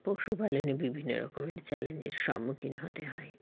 পশুপালনে বিভিন্ন রকমের চ্যালেঞ্জের সম্মুখীন হতে হয়